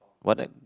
what